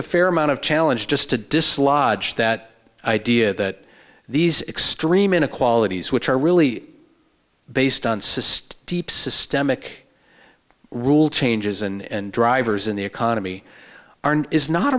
a fair amount of challenge just to dislodge that idea that these extreme inequalities which are really based on system deep systemic rule changes and drivers in the economy is not